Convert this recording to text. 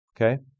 Okay